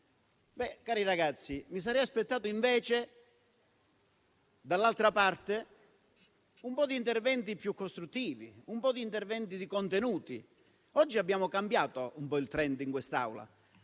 mi sarei aspettato invece, dall'altra parte, un po' di interventi più costruttivi, un po' di interventi di contenuti. Oggi abbiamo cambiato un po' il *trend* in quest'Aula.